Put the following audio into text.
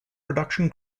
production